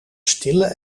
stille